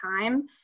time